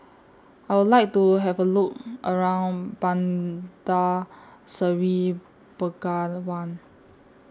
I Would like to Have A Look around Bandar Seri Begawan